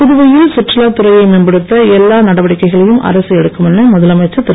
புதுவையில் சுற்றுலாத் துறையை மேம்படுத்த எல்லா நடவடிக்கைகளையும் அரசு எடுக்கும் என முதலமைச்சர் திரு